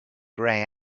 grey